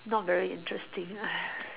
not very interesting